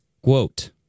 quote